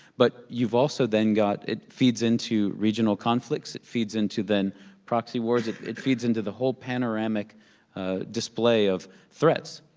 but you've also then got, it feeds into regional conflicts. it feeds into then proxy wars. it it feeds into the whole panoramic display of threats,